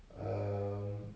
um